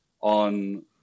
on